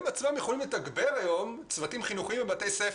הם עצמם יכולים לתגבר היום צוותים חינוכיים בבתי ספר.